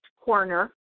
corner